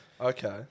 Okay